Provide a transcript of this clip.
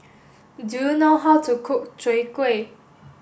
do you know how to cook Chwee Kueh